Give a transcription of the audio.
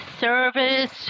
service